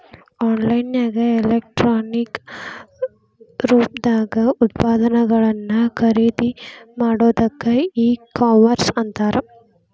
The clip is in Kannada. ಆನ್ ಲೈನ್ ನ್ಯಾಗ ಎಲೆಕ್ಟ್ರಾನಿಕ್ ರೂಪ್ದಾಗ್ ಉತ್ಪನ್ನಗಳನ್ನ ಖರಿದಿಮಾಡೊದಕ್ಕ ಇ ಕಾಮರ್ಸ್ ಅಂತಾರ